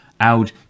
out